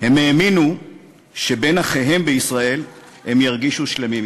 הם האמינו שבין אחיהם בישראל הם ירגישו שלמים יותר".